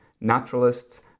naturalists